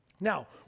Now